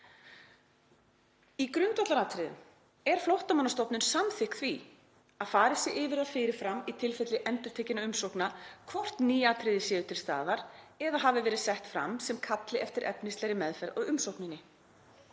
Í grundvallaratriðum er Flóttamannastofnun samþykk því að farið sé yfir það fyrirfram í tilfelli endurtekinna umsókna hvort ný atriði séu til staðar eða hafi verið sett fram sem kalli eftir efnislegri meðferð á umsókninni.